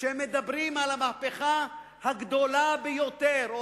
כשהם מדברים על המהפכה הגדולה ביותר או